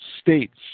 states